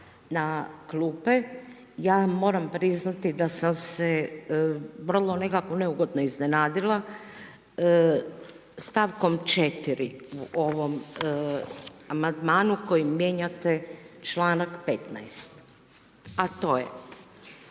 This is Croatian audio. na klupe, ja moram priznati da sam se vrlo nekako neugodno iznenadila stavkom 4. u ovom amandmanu kojim mijenjate članak 15. a to je,